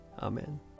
Amen